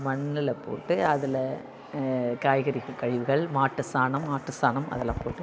மண்ணில் போட்டு அதில் காய்கறிக் கழிவுகள் மாட்டுச் சாணம் ஆட்டுச் சாணம் அதெல்லாம் போட்டு